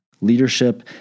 Leadership